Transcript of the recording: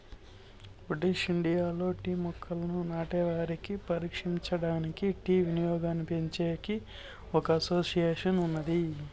British ఇండియాలో tea మొక్కలను నాటే వారిని పరిరక్షించడానికి, టీ వినియోగాన్నిపెంచేకి ఒక అసోసియేషన్ ఉన్నాది